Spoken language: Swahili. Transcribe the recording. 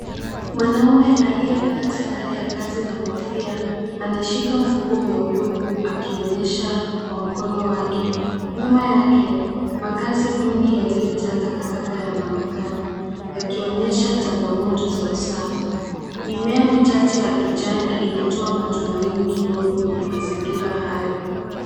Mwanamume aliyevaa sare ya kazi na kofia anashika mfuko mweupe huku akionyesha kwa mkono wake. Nyuma yake makazi duni yaliyojaa takataka yanaonekana yakionyesha changamoto za usafi. Mimea michache ya kijani inatoa matumaini kidogo kwenye mazingira hayo.